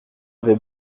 avait